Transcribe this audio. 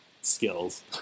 skills